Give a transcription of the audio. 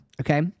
Okay